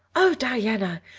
oh, diana,